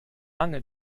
lange